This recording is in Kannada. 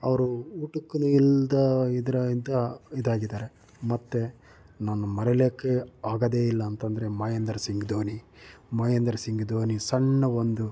ಅವರು ಊಟಕ್ಕೂ ಇಲ್ಲದೇ ಇದರಿಂದ ಇದಾಗಿದ್ದಾರೆ ಮತ್ತು ನಾನು ಮರೀಲಿಕ್ಕೆ ಆಗೋದೇ ಇಲ್ಲ ಅಂತಂದರೆ ಮಹೇಂದ್ರ ಸಿಂಗ್ ಧೋನಿ ಮಹೇಂದ್ರ ಸಿಂಗ್ ಧೋನಿ ಸಣ್ಣ ಒಂದು